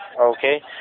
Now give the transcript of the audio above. Okay